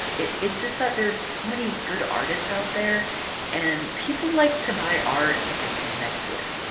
it's just that there's so many good artists out there and people like to buy art that they connect with.